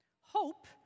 Hope